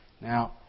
Now